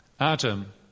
Adam